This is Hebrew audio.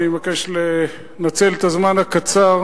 אני מבקש לנצל את הזמן הקצר